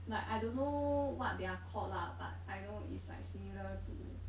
like I don't know what they're called lah but I know it's like similar to